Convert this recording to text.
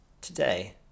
Today